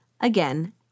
Again